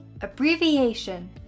Abbreviation